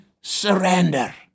surrender